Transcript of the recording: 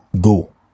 go